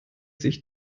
sich